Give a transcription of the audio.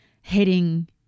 heading